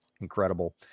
incredible